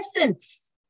essence